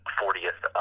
fortieth